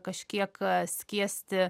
kažkiek skiesti